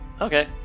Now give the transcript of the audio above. Okay